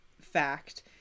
fact